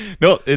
No